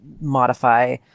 modify